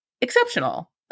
exceptional